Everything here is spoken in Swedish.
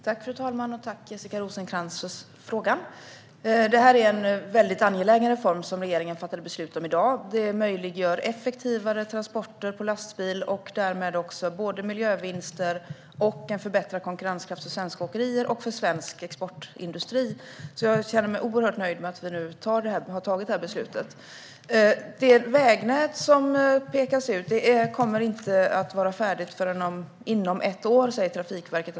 Fru talman! Tack, Jessica Rosencrantz, för frågan! Det är en angelägen reform som regeringen har fattat beslut om i dag. Den möjliggör effektivare transporter med lastbil och därmed både miljövinster och en förbättrad konkurrenskraft för svenska åkerier och svensk exportindustri, så jag känner mig oerhört nöjd med att vi nu har fattat detta beslut. Det vägnät som pekas ut kommer inte att vara färdigt förrän inom ett år, säger Trafikverket.